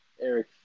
Eric